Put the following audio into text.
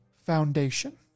Foundation